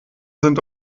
sind